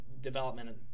development